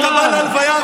אם היית בא להלוויה,